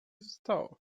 zostało